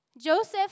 Joseph